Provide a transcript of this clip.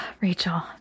Rachel